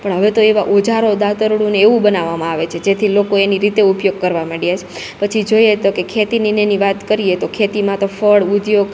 પણ હવેતો એવા ઓજારો દાતરડું અને એવું બનાવામાં આવે છે જેથી લોકો એની રીતે ઉપયોગ કરવા મંડ્યા છે પછી જોઈએ તો કે ખેતીની ને એની વાત કરીએ તો ખેતીમાં તો ફળ ઉધ્યોગ